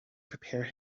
prepare